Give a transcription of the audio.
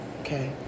Okay